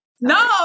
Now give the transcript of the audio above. no